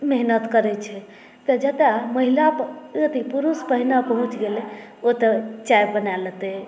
मेहनत करैत छै तऽ जतय महिला अथी पुरुष पहिने पहुँच गेलै ओतय चाय बना लेतै